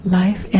life